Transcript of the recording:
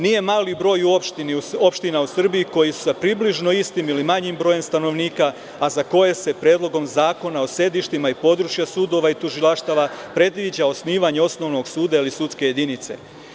Nije mali broj u opština u Srbiji koje su sa približno istim ili manjim brojem stanovnika a za koje se Predlogom zakona o sedištima i područja sudova i tužilaštva predviđa osnivanje osnovnog suda ili sudske jedinice.